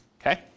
okay